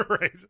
Right